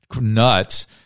nuts